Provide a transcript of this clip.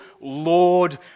Lord